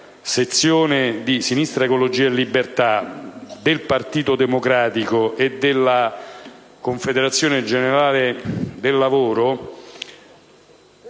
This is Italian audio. sezione di Sinistra Ecologia e Libertà, del Partito Democratico e della Confederazione generale del lavoro